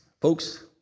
Folks